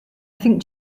think